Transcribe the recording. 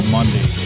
Monday